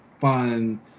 fun